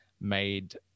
made